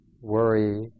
Worry